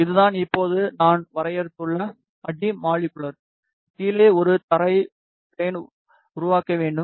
இதுதான் இப்போது நாம் வரையறுத்துள்ள அடி மாலிகுலர் கீழே ஒரு தரை ப்லெனை உருவாக்க வேண்டும்